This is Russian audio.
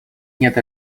нет